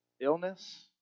illness